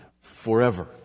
forever